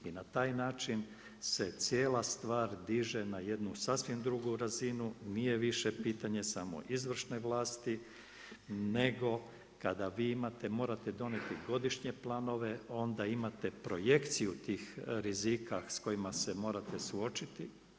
I na taj način se cijela stvar diže na jednu sasvim drugu razinu, nije više pitanje samo izvršne vlasti nego kada vi imate, morate donijeti godišnje planove, onda imate projekciju tih rizika s kojima se morate suočiti.